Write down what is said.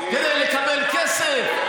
כדי לקבל כסף?